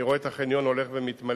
אני רואה את החניון הולך ומתמלא,